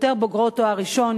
יותר בוגרות תואר ראשון,